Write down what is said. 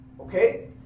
okay